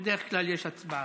בדרך כלל, יש הצבעה.